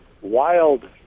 wild